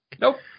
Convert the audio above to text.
Nope